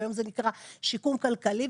היום זה נקרא שיקום כלכלי,